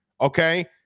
Okay